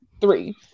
Three